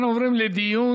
אנחנו עוברים לדיון